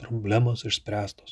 problemos išspręstos